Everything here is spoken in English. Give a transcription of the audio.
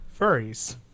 furries